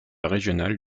régional